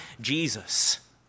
Jesus